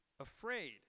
afraid